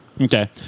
Okay